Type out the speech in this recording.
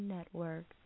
Network